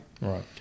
Right